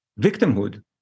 victimhood